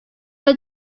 will